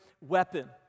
weapon